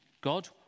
God